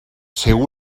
seu